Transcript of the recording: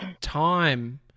time